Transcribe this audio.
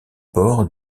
bord